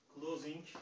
closing